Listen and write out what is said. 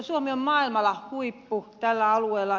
suomi on maailmalla huippu tällä alueella